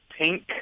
pink